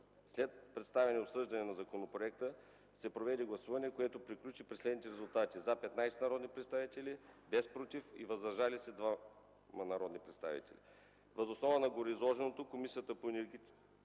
След представяне и обсъждане на законопроекта се проведе гласуване, което приключи при следните резултати: „за” 15 народни представители, без „против”, и „въздържали се” 2 народни представители. Въз основа на гореизложеното, Комисията по икономическата